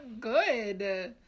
good